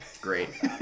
great